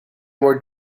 were